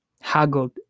haggled